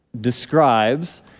describes